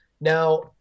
Now